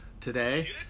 today